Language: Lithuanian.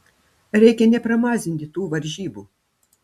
reikia nepramazinti tų varžybų